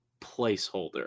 placeholder